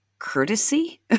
courtesy